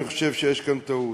לכן אני חושב שיש כאן טעות.